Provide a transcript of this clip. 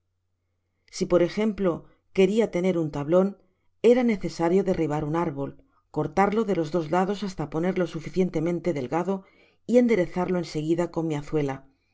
si por ejemplo queria tener un tablon era necesario derribar un árbol cortarlo de los dos lados hasta ponerlo suficientemente delgado y enderezarlo en seguida con mi azuela